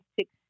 six